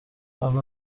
قبل